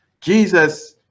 Jesus